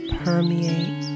permeate